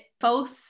false